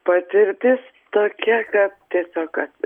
patirtis tokia kad tiesiog kad